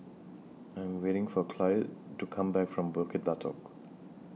I Am waiting For Cloyd to Come Back from Bukit Batok